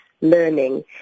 learning